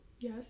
Yes